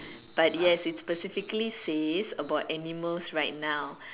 but yes it's specifically says about animals right now